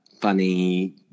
funny